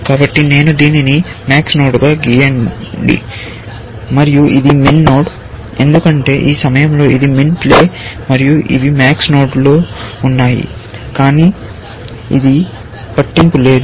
కాబట్టి నేను దీనిని MAX నోడ్ గా గీయండి మరియు ఇది MIN నోడ్ ఎందుకంటే ఈ సమయంలో ఇది MIN ప్లే మరియు ఇవి MAX నోడ్లలో ఉన్నాయి కానీ ఇది పట్టింపు లేదు